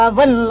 ah when like